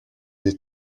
des